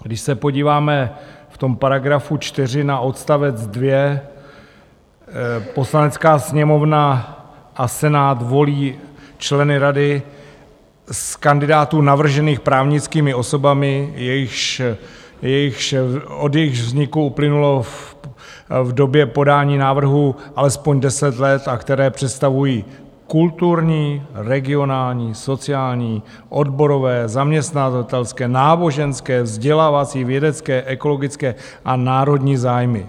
Když se podíváme v § 4 na odst. 2 Poslanecká sněmovna a Senát volí členy rady z kandidátů navržených právnickými osobami, od jejichž vzniku uplynulo v době podání návrhu alespoň 10 let a které představují kulturní, regionální, sociální, odborové, zaměstnavatelské, náboženské, vzdělávací, vědecké, ekologické a národní zájmy.